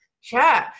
Sure